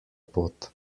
pot